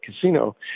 Casino